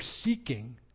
seeking